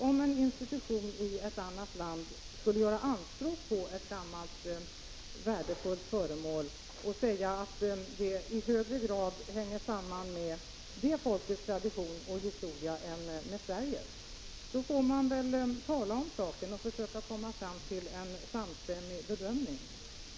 Om en institution i ett land skulle göra anspråk på ett gammalt värdefullt föremål och hävda att det i högre grad tillhör det landets traditioner och historia än Sveriges, får man väl tala om saken och försöka komma fram till en samstämmig bedömning.